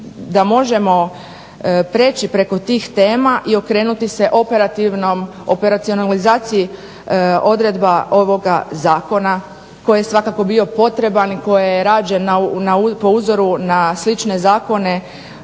možemo prijeći preko tih tema i okrenuti se operacionalizaciji odredba ovoga zakona koji je svakako bio potreban i koji je rađen po uzoru na slične zakone